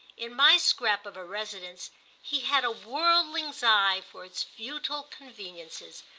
in my scrap of a residence he had a worldling's eye for its futile conveniences,